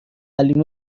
علی